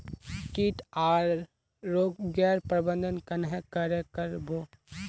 किट आर रोग गैर प्रबंधन कन्हे करे कर बो?